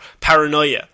paranoia